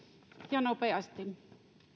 ja nopeasti